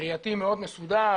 ראייתי מאוד מסודר,